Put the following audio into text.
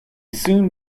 soon